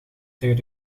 tegen